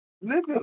live